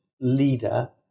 leader